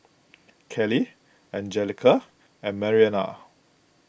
Kelley Angelica and Mariana